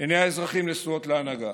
עיני האזרחים נשואות להנהגה,